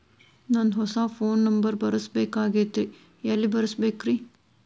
ನಂದ ಹೊಸಾ phone number ಬರಸಬೇಕ್ ಆಗೈತ್ರಿ ಎಲ್ಲೆ ಬರಸ್ಬೇಕ್ರಿ?